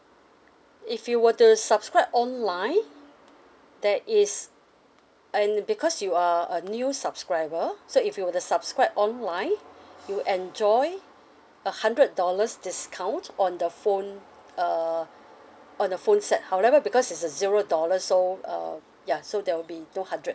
if you were to subscribe online that is and because you are a new subscriber so if you were to subscribe online you enjoy a hundred dollars discount on the phone uh on the phone set however because it's a zero dollars so uh ya so there will be no hundred